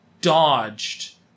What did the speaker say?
dodged